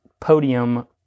Podium